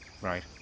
Right